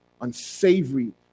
unsavory